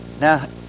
Now